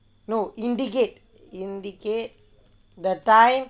no indicate indicate the time